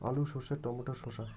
আলু সর্ষে টমেটো শসা